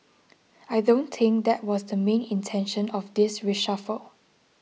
I don't think that was the main intention of this reshuffle